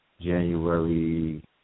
January